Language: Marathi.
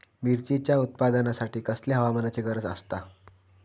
मिरचीच्या उत्पादनासाठी कसल्या हवामानाची गरज आसता?